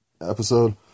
episode